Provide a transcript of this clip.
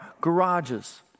garages